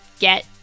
get